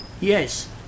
Yes